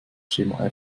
schema